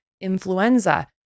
influenza